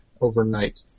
overnight